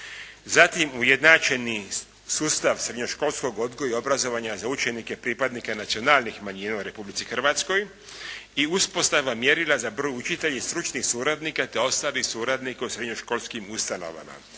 zatim ujednačeni sustav srednjoškolskog odgoja i obrazovanja za učenike pripadnike nacionalnih manjima u Republici Hrvatskoj i uspostava mjerila za broj učitelja i stručnih suradnika, te ostalih suradnika u srednjoškolskim ustanovama.